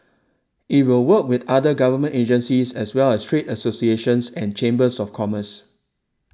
it will work with other government agencies as well as trade associations and chambers of commerce